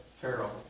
Pharaoh